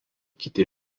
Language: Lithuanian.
kiti